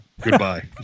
Goodbye